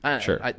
sure